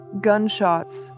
gunshots